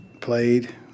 played